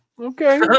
Okay